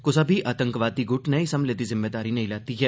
कुसा बी आतंकवादी गुट नै इस हमले दी जिम्मेवारी नेई लेई ऐ